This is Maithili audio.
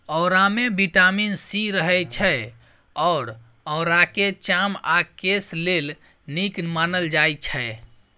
औरामे बिटामिन सी रहय छै आ औराकेँ चाम आ केस लेल नीक मानल जाइ छै